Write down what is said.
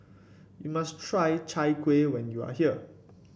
you must try Chai Kuih when you are here